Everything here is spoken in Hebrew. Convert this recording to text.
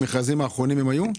במכרזים האחרונים הם היו?